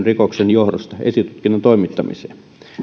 rikoksen johdosta esitutkinnan toimittamisen